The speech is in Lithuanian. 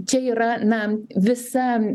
čia yra na visa